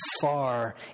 far